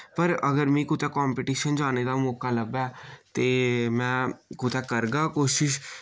पर अगर मि कुतै कम्पटीशन जाने दा मौका लब्भै ते में कुतै करगा कोशिश